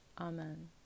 Amen